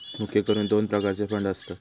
मुख्य करून दोन प्रकारचे फंड असतत